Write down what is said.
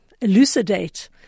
elucidate